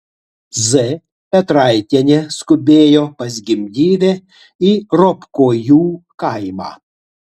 z petraitienė skubėjo pas gimdyvę į ropkojų kaimą